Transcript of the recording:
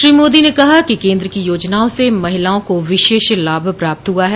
श्री मोदी ने कहा कि केन्द्र की योजनाओं से महिलाओं को विशेष लाभ प्राप्त हुआ है